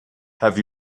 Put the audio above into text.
have